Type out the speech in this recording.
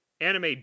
anime